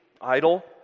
idle